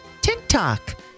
TikTok